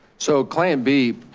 so client b